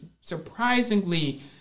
surprisingly